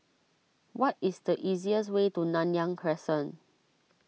what is the easiest way to Nanyang Crescent